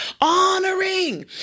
honoring